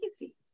easy